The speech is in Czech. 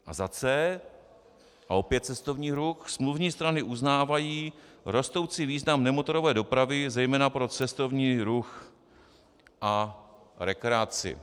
A za c), a opět cestovní ruch: smluvní strany uznávají rostoucí význam nemotorové dopravy zejména pro cestovní ruch a rekreaci.